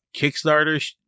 Kickstarter